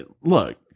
Look